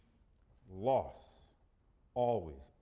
loss always,